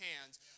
hands